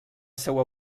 seua